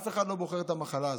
אף אחד לא בוחר את המחלה הזאת.